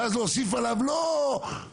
ואז הוא הוסיף עליו לא מיליארדים,